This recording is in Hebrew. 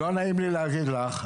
לא נעים לי להגיד לך,